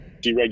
deregulation